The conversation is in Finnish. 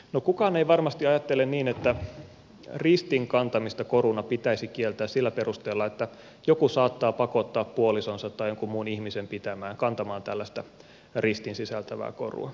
no kukaan ei varmasti ajattele niin että ristin kantamista koruna pitäisi kieltää sillä perusteella että joku saattaa pakottaa puolisonsa tai jonkun muun ihmisen pitämään kantamaan tällaista ristin sisältävää korua